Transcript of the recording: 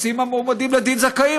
המועמדים לדין יוצאים זכאים,